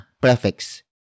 prefix